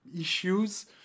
issues